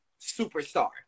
superstar